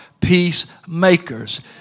peacemakers